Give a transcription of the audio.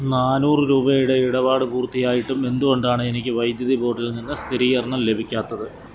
നാനൂറ് രൂപയുടെ ഇടപാട് പൂർത്തിയായിട്ടും എന്തുകൊണ്ടാണ് എനിക്ക് വൈദ്യുതി ബോർഡിൽ നിന്ന് സ്ഥിരീകരണം ലഭിക്കാത്തത്